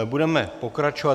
Budeme pokračovat.